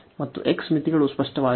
ಮತ್ತು x ಮಿತಿಗಳು ಸ್ಪಷ್ಟವಾಗಿವೆ